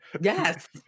Yes